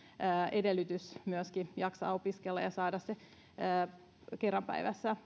edellytys jaksetaan opiskella ja saadaan kerran päivässä